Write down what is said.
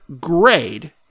grade